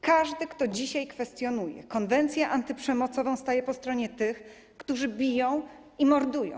Każdy, kto dzisiaj kwestionuje konwencję antyprzemocową, staje po stronie tych, którzy biją i mordują.